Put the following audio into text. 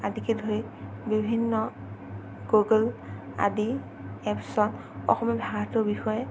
আদিকে ধৰি বিভিন্ন গুগুল আদি এপছক অসমীয়া ভাষাটোৰ বাবে